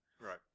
Right